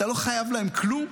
אתה לא חייב להם כלום.